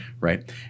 right